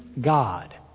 God